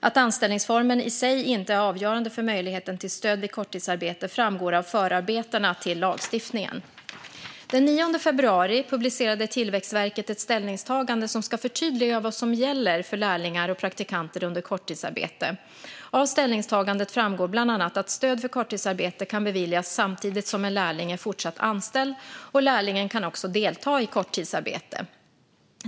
Att anställningsformen i sig inte är avgörande för möjligheten till stöd vid korttidsarbete framgår av förarbetena till lagstiftningen. Den 9 februari publicerade Tillväxtverket ett ställningstagande som ska förtydliga vad som gäller för lärlingar och praktikanter under korttidsarbete. Av ställningstagandet framgår bland annat att stöd för korttidsarbete kan beviljas samtidigt som en lärling är fortsatt anställd och att lärlingen också kan delta i korttidsarbete.